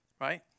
right